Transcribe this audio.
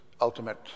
ultimate